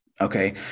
Okay